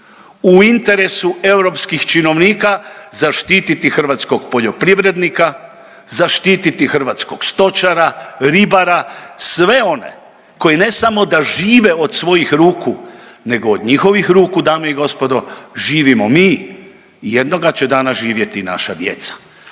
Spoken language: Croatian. u interesu europskih činovnika zaštititi hrvatskog poljoprivrednika, zaštiti hrvatskog stočara, ribara, sve one koji ne samo da žive od svojih ruku nego od njihovih ruku, dame i gospodo, živimo mi, jednoga će dana živjeti naša djeca.